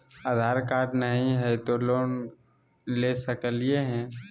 आधार card नही हय, तो लोन ले सकलिये है?